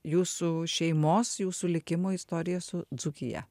jūsų šeimos jūsų likimo istorija su dzūkija